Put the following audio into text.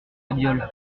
babioles